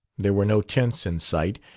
there were no tents in sight,